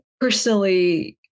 personally